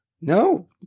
no